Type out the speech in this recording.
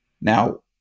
Now